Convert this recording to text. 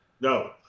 No